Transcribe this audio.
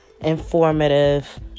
informative